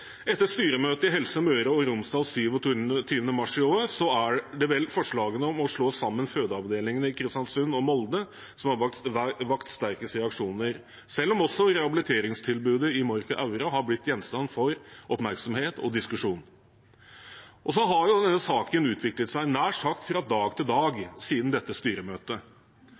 Etter styremøtet i Helse Møre og Romsdal 27. mars i år er det vel forslaget om å slå sammen fødeavdelingene i Kristiansund og Molde som har vakt sterkest reaksjoner, selv om også rehabiliteringstilbudet i Mork og Aure har blitt gjenstand for oppmerksomhet og diskusjon. Så har denne saken utviklet seg nær sagt fra dag til dag siden dette styremøtet.